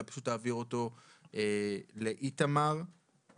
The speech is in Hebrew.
אלא פשוט אעביר אותו לאיתמר לדבר.